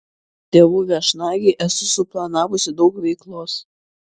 tėvų viešnagei esu suplanavusi daug veiklos